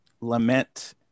lament